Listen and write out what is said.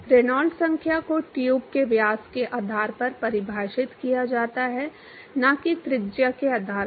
Reynolds संख्या को tube के व्यास के आधार पर परिभाषित किया जाता है न कि त्रिज्या के आधार पर